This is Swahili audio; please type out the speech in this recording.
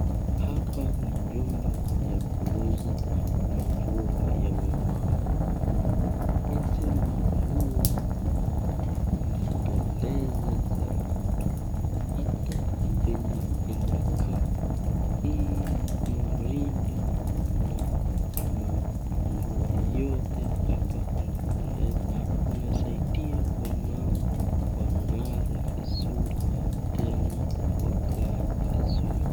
Hapa ni nyumba ya kuuza manguo ya wamama hizi manguo inapendesa sana ata panye unakaa hii marinda na mangui yote hapa inasaidia wamama wangare vizuri tena wakae vizuri.